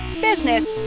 business